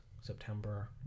September